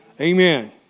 Amen